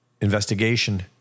investigation